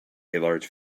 large